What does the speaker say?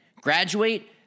Graduate